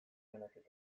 zenbakiak